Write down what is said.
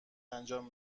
انجام